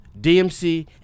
DMC